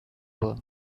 for